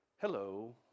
hello